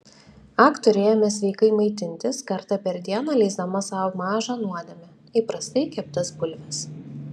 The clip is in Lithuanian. aktorė ėmė sveikai maitintis kartą per dieną leisdama sau mažą nuodėmę įprastai keptas bulves